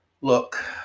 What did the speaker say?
Look